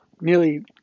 nearly